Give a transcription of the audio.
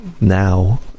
now